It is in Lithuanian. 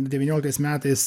devynioliktais metais